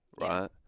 right